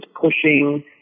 pushing